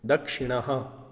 दक्षिणः